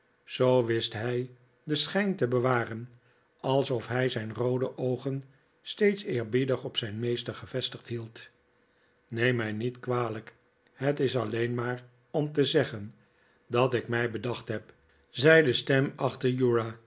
zoo wist hij den schijn te bewaren alsof hij zijn roode oogen steeds eerbiedig op zijn meester gevestigd hield neem mij niet kwalijk het is alleen maar om te zeggen dat ik mij bedacht heb zei een stem